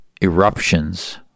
eruptions